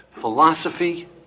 philosophy